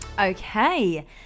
Okay